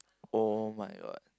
oh my god